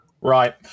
Right